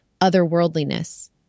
otherworldliness